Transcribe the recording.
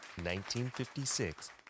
1956